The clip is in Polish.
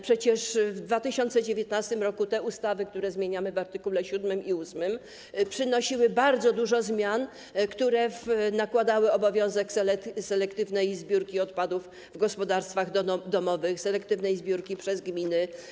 Przecież w 2019 r. te ustawy, które zmieniamy w art. 7 i art. 8, przynosiły bardzo dużo zmian, które nakładały obowiązek selektywnej zbiórki odpadów w gospodarstwach domowych, selektywnej zbiórki przez gminy.